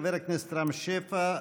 חבר הכנסת רם שפע,